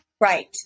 Right